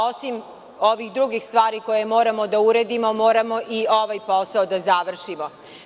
Osim ovih drugih stvari koje moramo da uredimo moramo i ovaj posao da završimo.